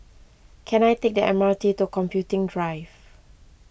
can I take the M R T to Computing Drive